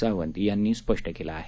सावंत यांनी स्पष्ट केलं आहे